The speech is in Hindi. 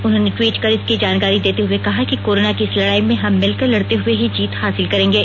उन्होंने टवीट कर इसकी जानकारी देते हुए कहा कि कोरोना की इस लेड़ाई में हम मिलकर लड़ते हुए ही जीत हासिल करेंगे